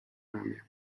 ramię